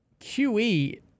QE